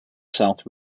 south